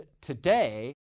today